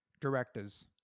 Directors